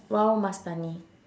rau mastani